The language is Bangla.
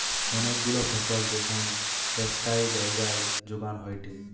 অনেক গুলা ফসল যেখান একটাই জাগায় যোগান হয়টে